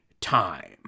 time